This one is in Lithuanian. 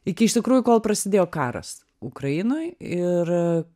iki iš tikrųjų kol prasidėjo karas ukrainoj ir